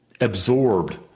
absorbed